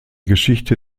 geschichte